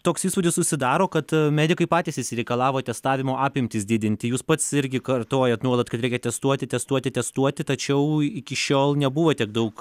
toks įspūdis susidaro kad medikai patys išsireikalavo testavimo apimtis didinti jūs pats irgi kartojat nuolat kad reikia testuoti testuoti testuoti tačiau iki šiol nebuvo tiek daug